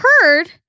heard